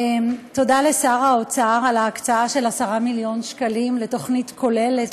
תודה לשר האוצר על ההקצאה של 10 מיליון שקלים לתוכנית כוללת,